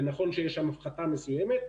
נכון שיש שם הפחתה מסוימת,